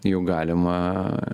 juk galima